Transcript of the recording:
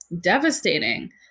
devastating